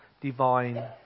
divine